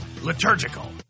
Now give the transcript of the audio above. liturgical